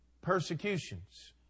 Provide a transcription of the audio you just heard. persecutions